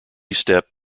step